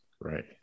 Right